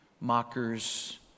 mockers